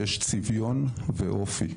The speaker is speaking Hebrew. יש צביון ואופי.